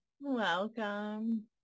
Welcome